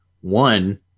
one